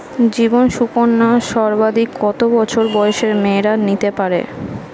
জীবন সুকন্যা সর্বাধিক কত বছর বয়সের মেয়েরা নিতে পারে?